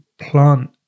plant